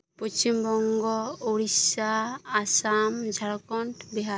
Paschim Banga Odisha Assam Jharkhand Bihar